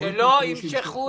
בעשרה חודשים אל תבזבזו את